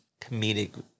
comedic